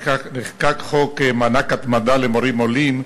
נחקק חוק מענק התמדה למורים עולים,